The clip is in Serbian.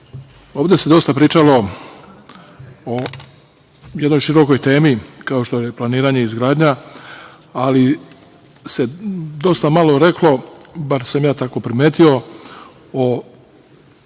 se dosta pričalo o jednoj širokoj temi, kao što je planiranje i izgradnja, ali se dosta malo reklo, bar sam ja tako primetio o